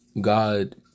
God